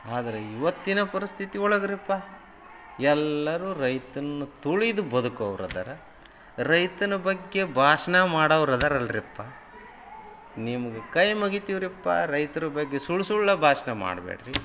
ಆದರೆ ಇವತ್ತಿನ ಪರಿಸ್ಥಿತಿ ಒಳಗ್ರಿಪ್ಪ ಎಲ್ಲರೂ ರೈತನ್ನ ತುಳಿದು ಬದುಕೋವ್ರು ಇದಾರೆ ರೈತನ ಬಗ್ಗೆ ಭಾಷಣ ಮಾಡೋವ್ರು ಇದಾರಲ್ರಪ್ಪ ನಿಮಗೆ ಕೈ ಮುಗಿತೀವ್ರಪ್ಪ ರೈತ್ರ ಬಗ್ಗೆ ಸುಳ್ಳು ಸುಳ್ಳು ಭಾಷ್ಣ ಮಾಡ್ಬೇಡ್ರಿ